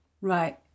Right